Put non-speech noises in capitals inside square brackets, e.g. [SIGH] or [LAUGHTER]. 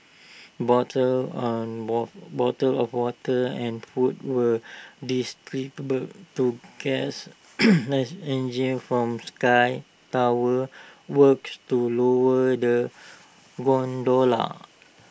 bottles on [UNINTELLIGIBLE] water of water and food were [UNINTELLIGIBLE] to guests [NOISE] as engineers from sky tower worked to lower the gondola